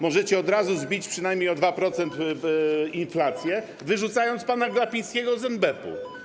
Możecie od razu zbić przynajmniej o 2% inflację, wyrzucając pana Glapińskiego z NBP.